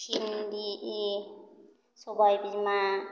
भिन्दि सबाइ बिमा